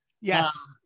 Yes